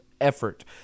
effort